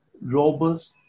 robust